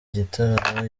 gitaramo